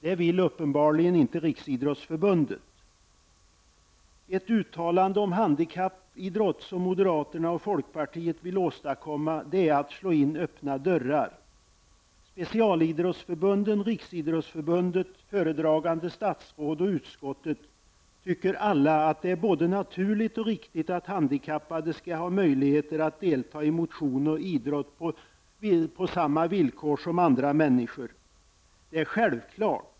Det vill uppenbarligen inte Riksidrottsförbundet. Ett uttalande om handikappidrott som moderaterna och folkpartiet vill åstadkomma är att slå in öppna dörrar. Specialidrottsförbunden, Riksidrottsförbundet, föredragande statsråd och utskottet tycker alla att det är både naturligt och riktigt att handikappade skall ha möjligheter att delta i motion och idrott på samma villkor som andra människor. Det är självklart!